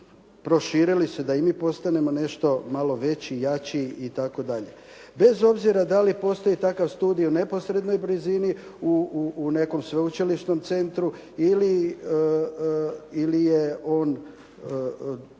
proširili se da i mi postanemo nešto malo veći, jači itd. Bez obzira dali postoji takav studij u neposrednoj blizini u nekom sveučilišnom centru ili je on